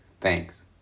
Thanks